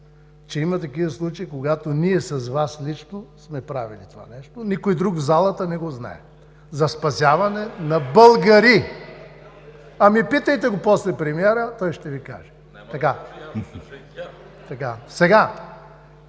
че има такива случаи, когато ние с Вас лично сме правили това нещо, никой друг в залата не го знае – за спасяване на българи. (Шум и реплики.) Питайте го после премиера, той ще Ви каже.